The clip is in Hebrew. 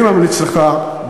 אני ממליץ לך,